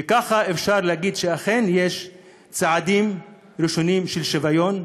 וככה אפשר לומר שאכן יש צעדים ראשונים של שוויון,